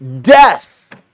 Death